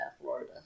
Florida